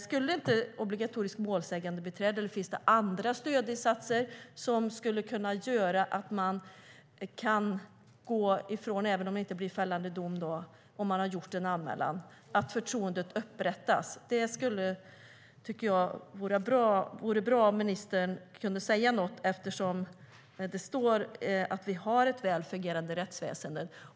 Skulle det inte vara bra med obligatoriskt målsägandebiträde, eller finns det andra stödinsatser så att förtroendet upprättas, även om det inte blir fällande dom om man har gjort en anmälan? Det vore bra om ministern kunde säga något, eftersom det står i svaret att vi har ett väl fungerande rättsväsen.